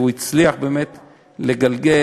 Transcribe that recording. והוא הצליח באמת לגלגל,